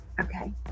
Okay